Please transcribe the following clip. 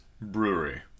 Brewery